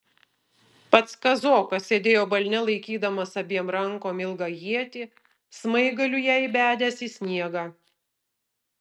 pats kazokas sėdėjo balne laikydamas abiem rankom ilgą ietį smaigaliu ją įbedęs į sniegą